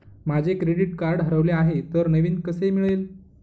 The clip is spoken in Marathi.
माझे क्रेडिट कार्ड हरवले आहे तर नवीन कसे मिळेल?